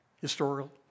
historical